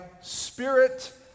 Spirit